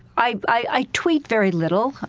i i tweet very little,